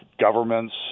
governments